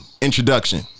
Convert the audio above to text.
introduction